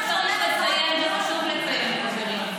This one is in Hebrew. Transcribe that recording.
חברת הכנסת אבקסיס,